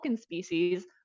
species